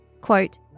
Quote